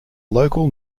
local